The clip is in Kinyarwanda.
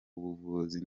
buvuzi